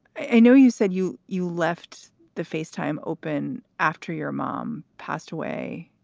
i know you said you you left the face time open after your mom passed away.